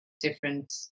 different